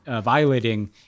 violating